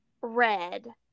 red